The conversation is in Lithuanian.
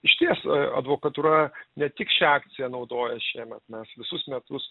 išties advokatūra ne tik šią akciją naudoja šiemet mes visus metus